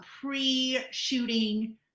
pre-shooting